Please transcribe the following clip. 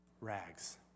rags